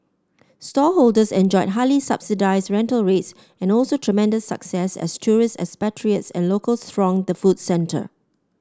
stallholders enjoyed highly subsidised rental rates and also tremendous success as tourists expatriates and locals thronged the food centre